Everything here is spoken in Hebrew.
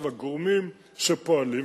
הגורמים שפועלים,